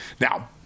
Now